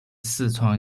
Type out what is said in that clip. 四川